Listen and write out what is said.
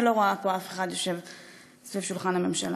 אני לא רואה פה אף אחד יושב סביב שולחן הממשלה.